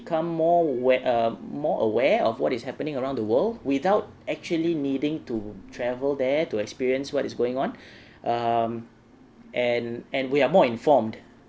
become more ware~ um more aware of what is happening around the world without actually needing to travel there to experience what is going on um and and we are more informed